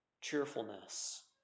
cheerfulness